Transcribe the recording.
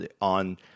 on